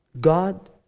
God